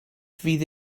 fydd